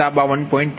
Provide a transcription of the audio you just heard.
83264